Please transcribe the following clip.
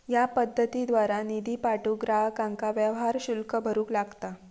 या पद्धतीद्वारा निधी पाठवूक ग्राहकांका व्यवहार शुल्क भरूक लागता